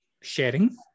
sharing